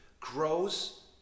grows